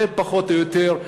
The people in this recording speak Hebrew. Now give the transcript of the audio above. זה פחות או יותר,